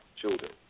children